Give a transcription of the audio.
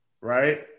right